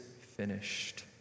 finished